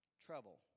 trouble